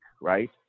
right